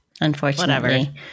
unfortunately